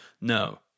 No